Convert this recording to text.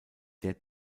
der